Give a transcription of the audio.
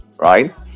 right